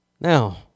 Now